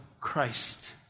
Christ